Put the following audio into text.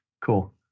Cool